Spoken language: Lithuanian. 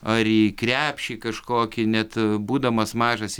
ar į krepšį kažkokį net būdamas mažas